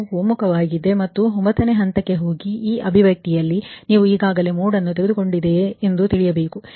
ಪರಿಹಾರವು ಒಮ್ಮುಖವಾಗಿದೆ ಮತ್ತು 9 ನೇ ಹಂತಕ್ಕೆ ಹೋಗಿ ಈ ಅಭಿವ್ಯಕ್ತಿಯಲ್ಲಿ ನೀವು ಈಗಾಗಲೇ ಮೋಡ್ಅನ್ನು ತೆಗೆದುಕೊಂಡಿದೆಯ ಎಂದು ತಿಳಿಯಬೇಕು